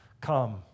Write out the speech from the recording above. come